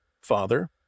Father